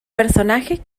personaje